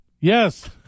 Yes